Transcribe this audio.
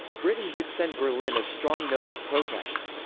britain did send berlin a strong note of protest.